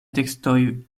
tekstoj